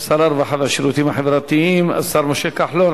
הרווחה והשירותים החברתיים, השר משה כחלון.